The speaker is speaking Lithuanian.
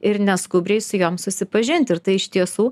ir neskubriai su jom susipažinti ir tai iš tiesų